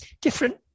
different